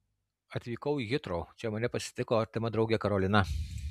atvykau į hitrou čia mane pasitiko artima draugė karolina